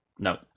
No